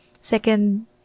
second